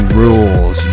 rules